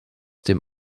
dem